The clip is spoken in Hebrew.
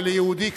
וליהודי,